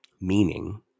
meaning